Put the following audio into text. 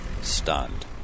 stunned